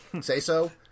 say-so